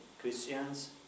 Christians